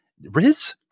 Riz